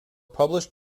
published